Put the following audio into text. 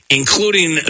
including